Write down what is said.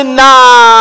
now